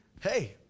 Hey